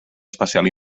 especial